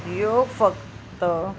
योग फक्त